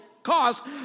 cost